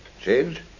Change